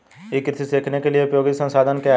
ई कृषि सीखने के लिए उपयोगी संसाधन क्या हैं?